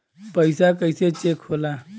पैसा कइसे चेक होला?